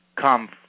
come